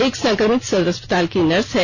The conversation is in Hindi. एक संक्रमित सदर अस्पताल की नर्स है